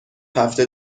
هفته